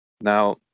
Now